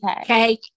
Okay